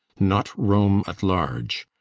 not roam at large.